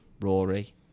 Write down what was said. Rory